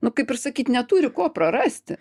nu kaip ir sakyt neturi ko prarasti